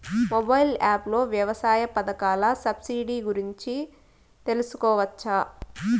Mobile app లో వ్యవసాయ పథకాల సబ్సిడి గురించి తెలుసుకోవచ్చా?